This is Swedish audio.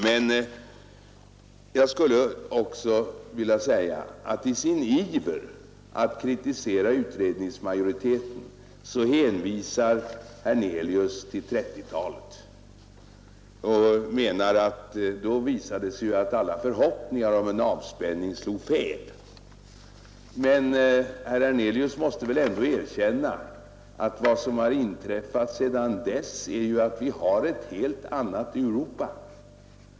Men jag vill också peka på att herr Hernelius i sin iver att kritisera utredningsmajoriteten hänvisar till 1930-talet och menar att det då visade sig att alla förhoppningar om en avspänning slog fel. Men herr Hernelius måste väl ändå erkänna att vad som har inträffat sedan dess har skapat ett helt annat Europa.